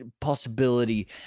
possibility